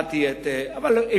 הבעתי את עמדתי,